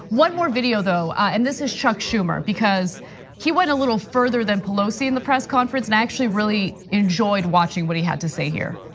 one more video, though, and this is chuck schumer. because he went a little further than pelosi in the press conference, and i actually really enjoyed watching what he had to say here.